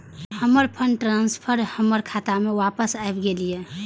हमर fund transfer हमर खाता में वापस आब गेल या